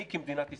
אני כמדינת ישראל.